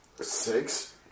Six